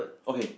okay